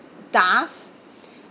dust